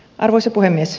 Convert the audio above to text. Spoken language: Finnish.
arvoisa puhemies